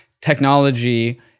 technology